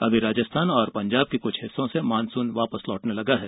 अभी राजस्थान और पंजाब के कुछ हिस्सों से मानसून लौटने लगा है